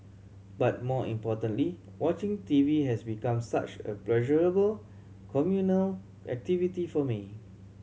but more importantly watching T V has become such a pleasurable communal activity for me